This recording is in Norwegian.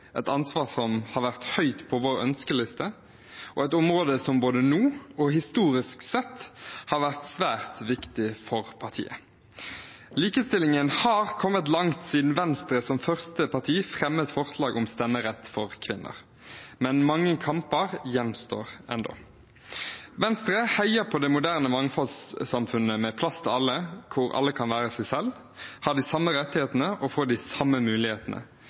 et ansvar som har stått høyt på vår ønskeliste, og et område som både nå og historisk sett har vært svært viktig for partiet. Likestillingen har kommet langt siden Venstre som første parti fremmet forslag om stemmerett for kvinner, men mange kamper gjenstår ennå. Venstre heier på det moderne mangfoldssamfunnet med plass til alle, hvor alle kan være seg selv, ha de samme rettighetene og få de samme mulighetene.